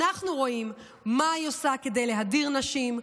אנחנו רואים מה היא עושה כדי להדיר נשים,